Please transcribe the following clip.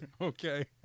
okay